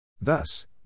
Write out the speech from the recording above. Thus